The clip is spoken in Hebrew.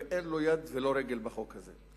ואין לו יד ולא רגל בחוק הזה.